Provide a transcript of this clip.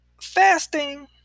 fasting